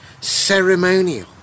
ceremonial